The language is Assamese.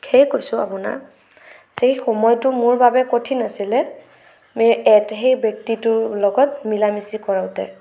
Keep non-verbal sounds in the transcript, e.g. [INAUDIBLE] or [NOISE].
সেয়ে কৈছোঁ আপোনাক যে সময়টো মোৰ বাবে কঠিন আছিল [UNINTELLIGIBLE] সেই ব্যক্তিটোৰ লগত মিলা মিছি কৰোঁতে